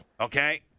Okay